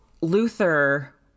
Luther